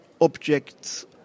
objects